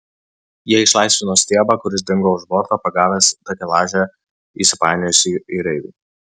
jie išlaisvino stiebą kuris dingo už borto pagavęs takelaže įsipainiojusį jūreivį